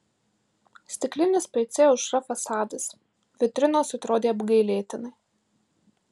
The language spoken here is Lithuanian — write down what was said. stiklinis pc aušra fasadas vitrinos atrodė apgailėtinai